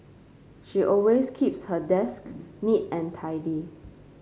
she always keeps her desk neat and tidy